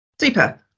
Super